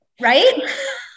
Right